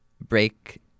break